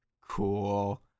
Cool